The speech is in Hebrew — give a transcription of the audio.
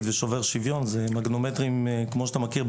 ושובר שוויון מגנומטרים כמו שאתה מכיר,